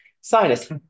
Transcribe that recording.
Sinus